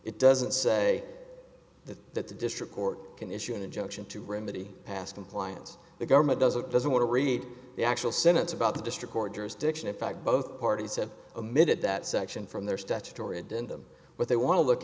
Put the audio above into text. it doesn't say that that the district court can issue an injunction to remedy past compliance the government doesn't doesn't want to read the actual sentence about the district court jurisdiction in fact both parties have a minute that section from their statutory and then them what they want to look